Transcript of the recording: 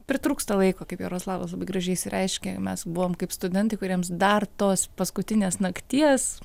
pritrūksta laiko kaip jaroslavas labai gražiai išsireiškė mes buvom kaip studentai kuriems dar tos paskutinės nakties